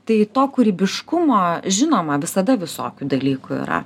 tai to kūrybiškumo žinoma visada visokių dalykų yra